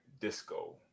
disco